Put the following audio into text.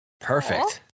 Perfect